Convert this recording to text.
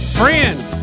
friends